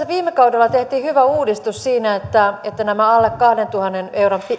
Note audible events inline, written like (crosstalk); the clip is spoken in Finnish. (unintelligible) viime kaudella tehtiin hyvä uudistus siinä että että nämä alle kahdentuhannen euron